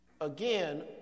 Again